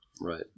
Right